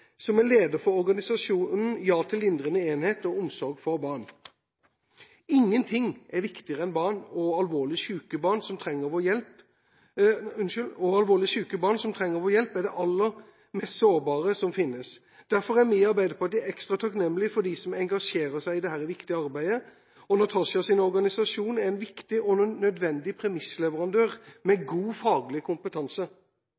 som er leder for organisasjonen Ja til lindrende enhet og omsorg for barn. Ingen ting er viktigere enn barn. Og alvorlig syke barn, som trenger vår hjelp, er det aller mest sårbare som finnes. Derfor er vi i Arbeiderpartiet ekstra takknemlig overfor dem som engasjerer seg i dette viktige arbeidet, og Natashas organisasjon er en viktig og nødvendig premissleverandør